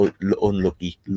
unlucky